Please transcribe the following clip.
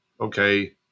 Okay